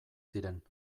ziren